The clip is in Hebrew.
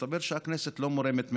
מסתבר שהכנסת לא מורמת מעם,